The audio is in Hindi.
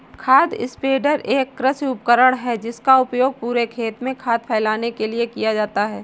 खाद स्प्रेडर एक कृषि उपकरण है जिसका उपयोग पूरे खेत में खाद फैलाने के लिए किया जाता है